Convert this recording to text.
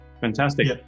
fantastic